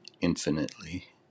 infinitely